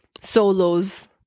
solos